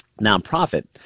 nonprofit